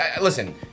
listen